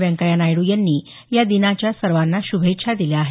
व्यंकय्या नायडू यांनी या दिनाच्या सर्वांना श्भेच्छा दिल्या आहेत